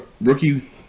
rookie